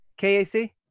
KAC